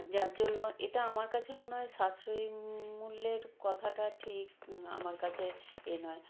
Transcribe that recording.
যার জন্য এটা আমার কাছে মনে হয় সাশ্রয়ী মূল্যের কথাটা ঠিক আমার কাছে এ নয়